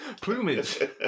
Plumage